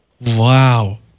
Wow